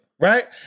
Right